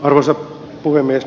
arvoisa puhemies